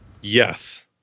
Yes